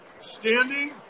standing